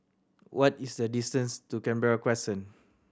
what is the distance to Canberra Crescent